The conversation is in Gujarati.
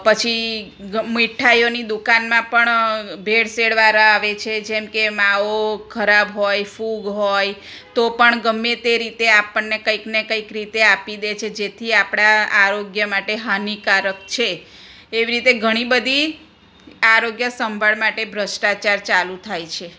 પછી ગમે મીઠાઈઓની દુકાનમાં પણ ભેળસેળ વાળા આવે છે જેમ કે માવો ખરાબ હોય ફૂગ હોય તો પણ ગમે તે રીતે આપણને કંઈકને કંઈક રીતે આપી દે છે જેથી આપણા આરોગ્ય માટે હાનિકારક છે એવી રીતે ઘણી બધી આરોગ્ય સંભાળ માટે ભ્રષ્ટાચાર ચાલુ થાય છે